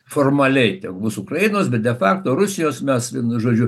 formaliai tebus ukrainos bet de fakto rusijos mes vienu žodžiu